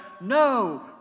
no